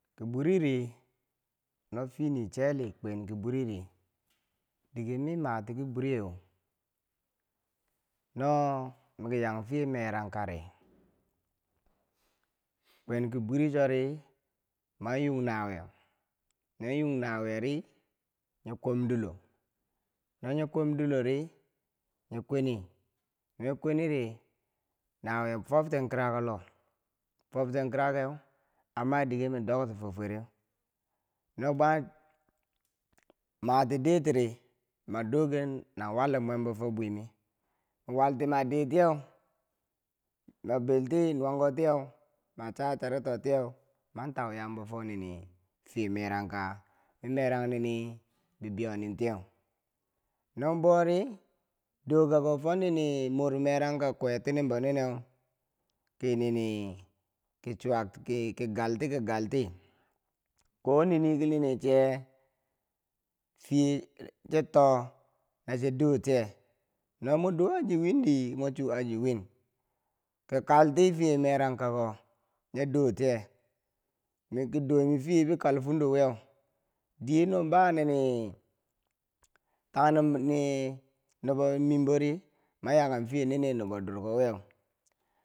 Ki bwiri ri, no fini cheli kwenki bwiri dike ma matiki bwiriyeu no miki nyang fiye merang kari kwen ki bwirichori man wung nawu yeu no wunghen nawuyeri nye kwom dulo no nyo kwom dolori nye kweni no nyi kweniri nawi yeu fobten kirako loh fobten kira a madike a dokten tifo fwereu no bwa mati ditiri mandokeng nawalum mwembo fo bwimi nwalti manditiyeu man belti nuwankotiyeu, macha cha ritoyeu man tau yambo fo nini fiye merangka merang nini bibweiyonentiyeu no bouri dokakka fo nini mor merangka kuwetinibo ni neu, ti nini, ki chwiyak ki galti ki galti kowanne nii ki nini che fiye chi to na chi dotiye no mwe do aji windi mwe chu aji win ki kaltifiye merangkako nye dotiye miki dome fiye bi kalfundo wiyeu diye nobanini tangnum nii nobo mimbori man yakang fiye nini nobo durkowiyeu.